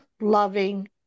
loving